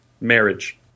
marriage